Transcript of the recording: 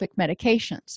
medications